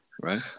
Right